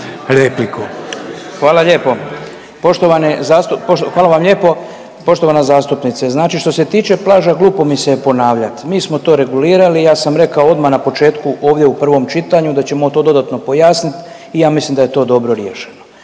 hvala vam lijepo poštovana zastupnice, znači što se tiče plaža glupo mi se je ponavljat, mi smo to regulirali, ja sam rekao odmah na početku ovdje u prvom čitanju da ćemo to dodatno pojasnit i ja mislim da je to dobro riješeno.